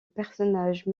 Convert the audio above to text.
personnage